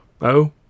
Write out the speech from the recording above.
Oh